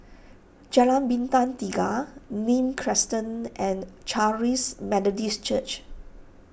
Jalan Bintang Tiga Nim Crescent and Charis Methodist Church